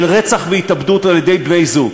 של רצח והתאבדות על-ידי בני-זוג,